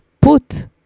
put